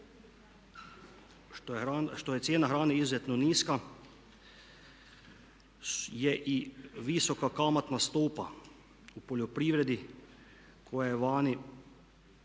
što je cijena hrane izuzetno niska je i visoka kamatna stopa u poljoprivredi koja je vani